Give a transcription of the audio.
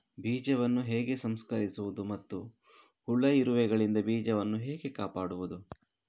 ಬೀಜವನ್ನು ಹೇಗೆ ಸಂಸ್ಕರಿಸುವುದು ಮತ್ತು ಹುಳ, ಇರುವೆಗಳಿಂದ ಬೀಜವನ್ನು ಹೇಗೆ ಕಾಪಾಡುವುದು?